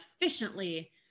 efficiently